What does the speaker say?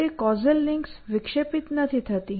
તે causal links વિક્ષેપિત થતી નથી